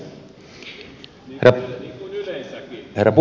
herra puhemies